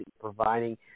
providing